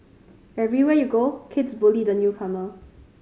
everywhere you go kids bully the newcomer